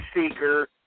seeker